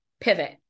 pivot